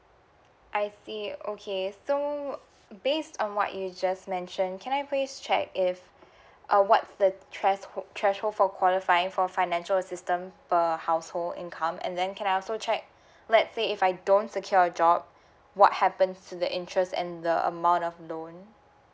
I see okay so based on what you just mentioned can I please check if uh what's the threshold threshold for qualifying for financial assistance per household income and then can I also check let's say if I don't secure a job what happens to the interest and the amount of loan